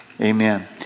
Amen